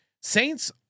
Saints